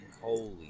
Holy